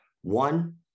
One